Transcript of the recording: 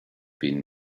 been